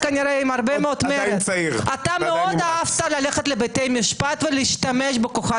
מאוד אהבת ללכת לבתי משפט ולהשתמש בכוחם